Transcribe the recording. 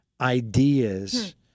ideas